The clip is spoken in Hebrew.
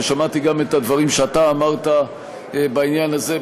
ושמעתי גם את הדברים שאתה אמרת בעניין הזה: